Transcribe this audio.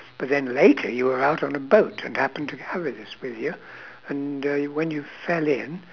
but then later you were out on a boat and happened to carry this with you and uh when you fell in